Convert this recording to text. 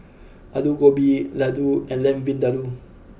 Alu Gobi Ladoo and Lamb Vindaloo